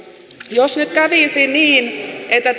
jos nyt kävisi niin että